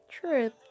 truth